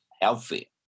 healthy